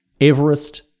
Everest